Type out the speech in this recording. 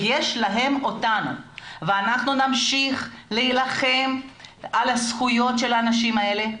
אנחנו נמשיך להילחם על הזכויות של האנשים האלה.